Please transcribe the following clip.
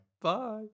Bye